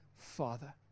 Father